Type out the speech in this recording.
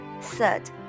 Third